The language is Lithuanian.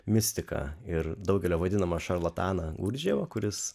mistiką ir daugelio vadinamą šarlataną urževą kuris